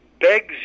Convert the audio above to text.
begs